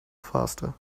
faster